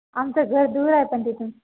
आमचं घर दूर आहे पण तिथून